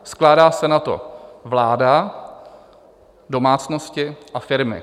Skládá se na to vláda, domácnosti a firmy.